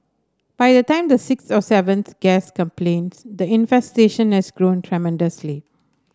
by the time the sixth or seventh guest complains the infestation has grown tremendously